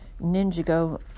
Ninjago